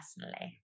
personally